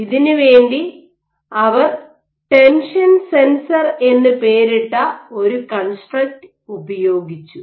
ഇതിനുവേണ്ടി അവർ tension sensor എന്ന് പേരിട്ട ഒരു കൺസ്ട്രക്റ്റ് ഉപയോഗിച്ചു